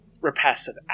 repressive